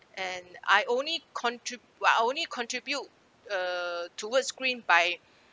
and I only contri~ but I only contribute uh towards green by